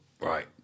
right